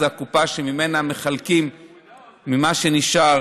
זאת הקופה שממנה מחלקים ממה שנשאר,